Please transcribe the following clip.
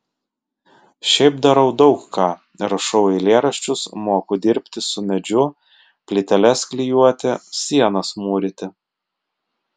šiaip darau daug ką rašau eilėraščius moku dirbti su medžiu plyteles klijuoti sienas mūryti